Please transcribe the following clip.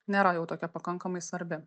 nėra jau tokia pakankamai svarbi